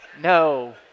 No